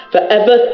Forever